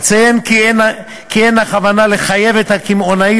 אציין כי אין הכוונה לחייב את הקמעונאי